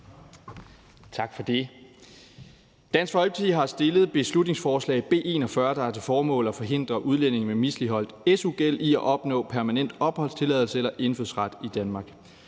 Tak for det. Dansk Folkeparti har fremsat beslutningsforslag B 41, der har til formål at forhindre udlændinge med misligholdt su-gæld i at opnå permanent opholdstilladelse eller indfødsret i Danmark.